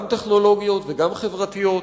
גם טכנולוגיות וגם חברתיות,